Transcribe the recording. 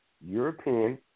European